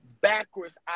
backwards